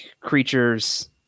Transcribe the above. creatures